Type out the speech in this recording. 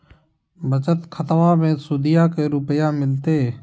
बचत खाताबा मे सुदीया को रूपया मिलते?